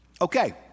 Okay